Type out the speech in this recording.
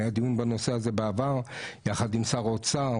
היו דיונים בנושא הזה בעבר יחד עם שר האוצר,